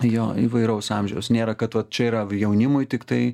jo įvairaus amžiaus nėra kad vat čia yra jaunimui tiktai